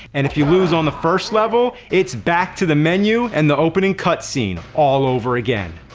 and if you lose on the first level, it's back to the menu and the opening cutscene, all over again!